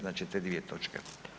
Znači te dvije točke.